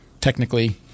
technically